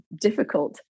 difficult